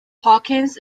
hawkins